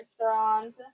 restaurant